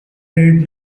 did